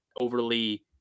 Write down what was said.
overly